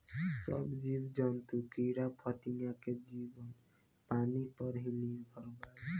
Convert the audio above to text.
सब जीव जंतु कीड़ा फतिंगा के जीवन पानी पर ही निर्भर बावे